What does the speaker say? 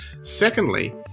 Secondly